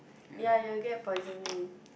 ya you'll get poisoning